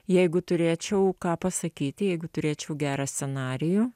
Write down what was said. jeigu turėčiau ką pasakyti jeigu turėčiau gerą scenarijų